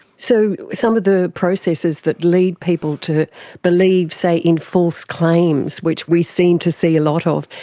so some of the processes that lead people to believe, say, in false claims which we seem to see a lot ah of,